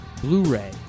Blu-ray